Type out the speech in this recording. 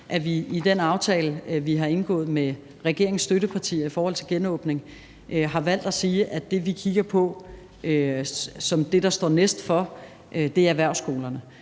at vi i den aftale, vi har indgået med regeringens støttepartier om genåbning, har valgt at sige, at det, vi kigger på som det, der står næst for, er erhvervsskolerne.